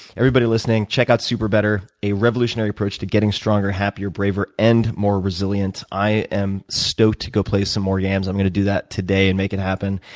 everybody listening, check out superbetter, a revolutionary approach to getting stronger, happier, braver, and more resilient. i am stoked to go play some more games. i am going to do that today and make it happen.